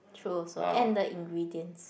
true also and the ingredients